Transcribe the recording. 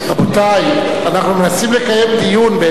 רבותי, אנחנו מנסים לקיים דיון.